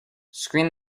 screen